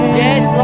yes